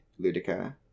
Ludica